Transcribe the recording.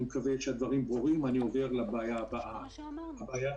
אני עובר לבעיה הבאה.